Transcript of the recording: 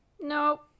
No